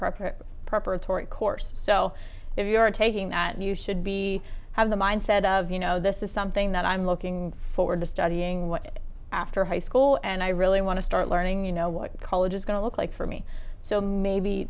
or preparatory course so if you are taking that you should be have the mindset of you know this is something that i'm looking forward to studying after high school and i really want to start learning you know what college is going to look like for me so maybe